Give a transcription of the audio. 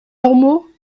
ormeaux